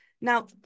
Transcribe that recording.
Now